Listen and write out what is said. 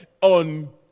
on